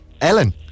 Ellen